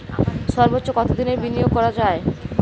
সর্বোচ্চ কতোদিনের বিনিয়োগ করা যায়?